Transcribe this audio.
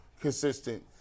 consistent